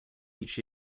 each